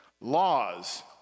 Laws